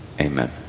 Amen